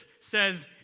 says